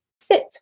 fit